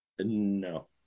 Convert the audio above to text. No